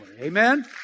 Amen